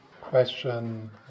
question